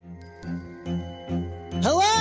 Hello